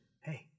hey